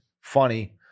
funny